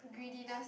greediness